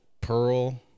pearl